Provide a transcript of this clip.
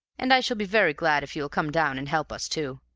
and i shall be very glad if you will come down and help us too.